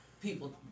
people